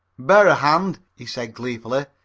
bear a hand, he said gleefully,